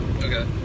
Okay